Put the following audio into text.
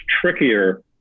trickier